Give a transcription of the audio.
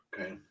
Okay